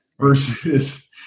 versus